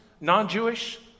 non-Jewish